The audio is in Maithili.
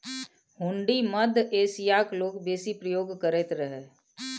हुंडी मध्य एशियाक लोक बेसी प्रयोग करैत रहय